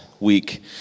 week